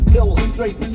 illustrate